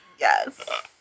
Yes